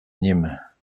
nîmes